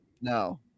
No